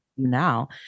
Now